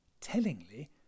Tellingly